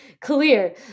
clear